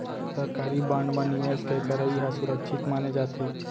सरकारी बांड म निवेस के करई ह सुरक्छित माने जाथे